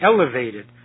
elevated